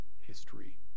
history